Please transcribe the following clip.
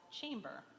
chamber